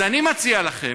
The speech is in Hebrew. אז אני מציע לכם